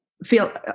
Feel